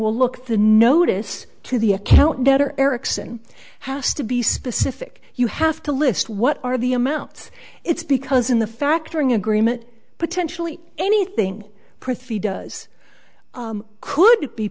well look the notice to the account better eriksson has to be specific you have to list what are the amounts it's because in the factoring agreement potentially anything prithee does could be